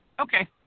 Okay